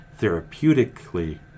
therapeutically